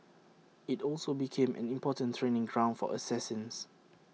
IT also became an important training ground for assassins